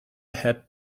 had